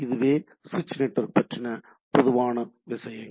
இதுவே சுவிட்ச் நெட்வொர்க் பற்றின பொதுவான விஷயங்கள்